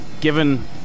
given